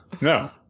No